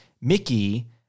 Mickey